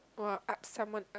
!wah! up someone ah